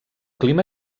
clima